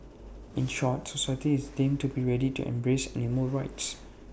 in short society is deemed to be ready to embrace animal rights